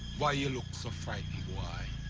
why you look so frightened, boy?